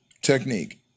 technique